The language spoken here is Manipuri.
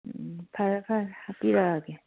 ꯐꯔꯦ ꯐꯔꯦ ꯍꯥꯄꯤꯔꯛꯑꯒꯦ